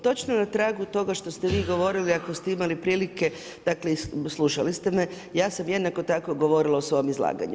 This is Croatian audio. Točno na tragu toga što ste vi govorili ako ste imali prilike dakle i slušali ste me, ja sam jednako tako govorila u svom izlaganju.